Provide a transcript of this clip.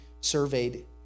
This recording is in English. surveyed